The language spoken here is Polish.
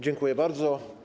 Dziękuję bardzo.